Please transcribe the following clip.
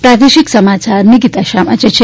પ્રાદેશિક સમાચાર નિકીતા શાહ વાંચે છે